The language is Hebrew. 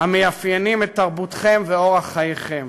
המאפיינים את תרבותכם ואורח חייכם.